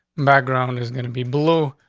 background is gonna be below.